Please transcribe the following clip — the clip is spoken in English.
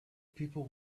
people